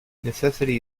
necessity